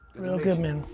real good, man.